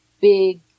big